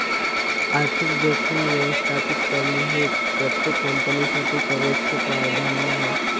आर्थिक जोखीम व्यवस्थापित करणे हे प्रत्येक कंपनीसाठी सर्वोच्च प्राधान्य आहे